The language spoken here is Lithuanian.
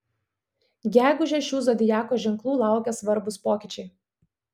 gegužę šių zodiako ženklų laukia svarbūs pokyčiai